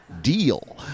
deal